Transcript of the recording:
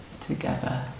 together